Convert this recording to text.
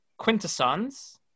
quintessons